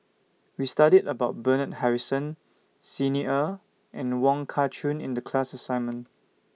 We studied about Bernard Harrison Xi Ni Er and Wong Kah Chun in The class assignment